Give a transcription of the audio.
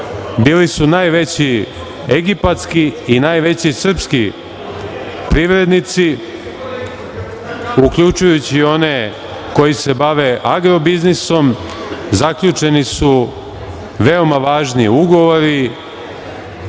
Bili su najveći egipatski i najveći srpski privrednici, uključujući i one koji se bave agro biznisom. Zaključeni su veoma važni ugovori,